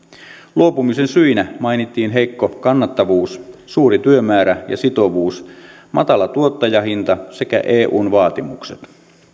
luopumisen syinä mainittiin heikko kannattavuus suuri työmäärä ja sitovuus matala tuottajahinta sekä eun vaatimukset